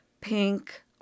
pink